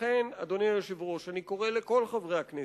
לכן, אדוני היושב-ראש, אני קורא לכל חברי הכנסת,